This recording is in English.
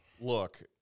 look